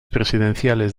presidenciales